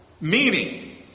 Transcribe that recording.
meaning